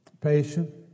patient